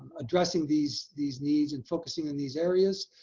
addressing these these needs and focusing on these areas,